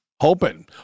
hoping